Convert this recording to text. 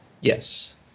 Yes